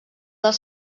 del